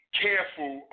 careful